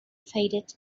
faded